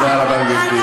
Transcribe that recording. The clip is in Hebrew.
תודה רבה, גברתי.